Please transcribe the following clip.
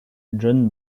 john